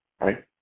right